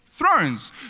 Thrones